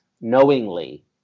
knowingly